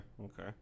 Okay